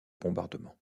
bombardements